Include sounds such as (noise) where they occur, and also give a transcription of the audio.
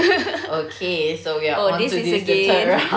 (laughs) oh this is a game